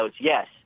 yes